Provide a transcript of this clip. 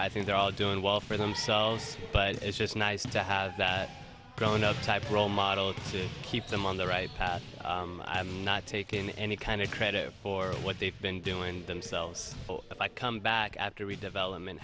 i think they're all doing well for themselves but it's just nice to have that grown up type role model to keep them on the right path i'm not taking any kind of credit for what they've been doing themselves but i come back after we development